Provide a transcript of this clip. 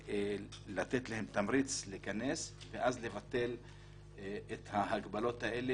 וניתן להם תמריץ להיכנס ואז לבטל את ההגבלות האלה,